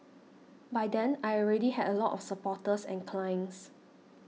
by then I already had a lot of supporters and clients